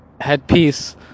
headpiece